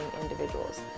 individuals